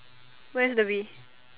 where's the Bee